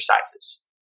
exercises